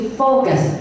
focus